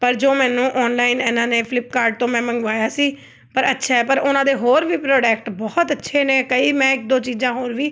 ਪਰ ਜੋ ਮੈਨੂੰ ਔਨਲਾਈਨ ਇਹਨਾਂ ਨੇ ਫਲਿਪਕਾਰਟ ਤੋਂ ਮੈਂ ਮੰਗਵਾਇਆ ਸੀ ਪਰ ਅੱਛਾ ਹੈ ਪਰ ਉਹਨਾਂ ਦੇ ਹੋਰ ਵੀ ਪ੍ਰੋਡਕਟ ਬਹੁਤ ਅੱਛੇ ਨੇ ਕਈ ਮੈਂ ਇੱਕ ਦੋ ਚੀਜ਼ਾਂ ਹੋਰ ਵੀ